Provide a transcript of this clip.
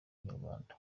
inyarwanda